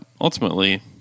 ultimately